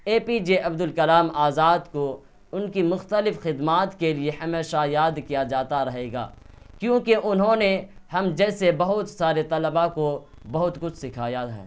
اے P J Abdul Kalam Azad کو ان کی مختلف خدمات کے لیے ہمیشہ یاد کیا جاتا رہے گا کیونکہ انہوں نے ہم جیسے بہت سارے طلبہ کو بہت کچھ سکھایا ہے